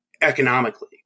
economically